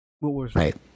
Right